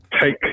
take